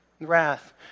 wrath